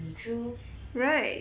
mm true